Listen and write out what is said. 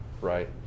right